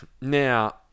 Now